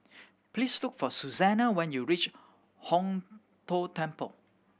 please look for Susanna when you reach Hong Tho Temple